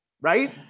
Right